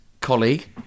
colleague